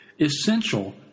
essential